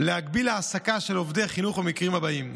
להגביל העסקה של עובדי חינוך במקרים הבאים: